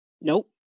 Nope